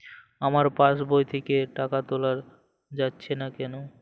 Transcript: আমার পাসবই থেকে টাকা তোলা যাচ্ছে না কেনো?